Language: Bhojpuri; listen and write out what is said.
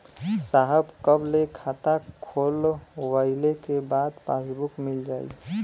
साहब कब ले खाता खोलवाइले के बाद पासबुक मिल जाई?